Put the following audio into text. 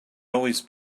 always